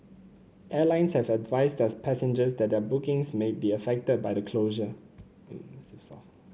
airlines have advised their passengers that their bookings may be affected by the closure